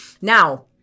Now